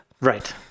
Right